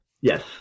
yes